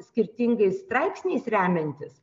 skirtingais straipsniais remiantis